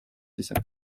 sisse